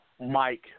Mike